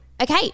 Okay